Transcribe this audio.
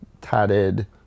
tatted